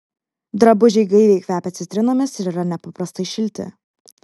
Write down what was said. drabužiai gaiviai kvepia citrinomis ir yra nepaprastai šilti